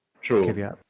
True